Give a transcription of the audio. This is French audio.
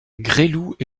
gresloup